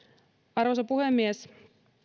arvoisa puhemies